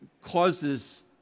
causes